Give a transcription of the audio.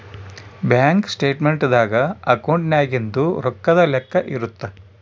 bank statement ದಾಗ ಅಕೌಂಟ್ನಾಗಿಂದು ರೊಕ್ಕದ್ ಲೆಕ್ಕ ಇರುತ್ತ